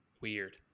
weird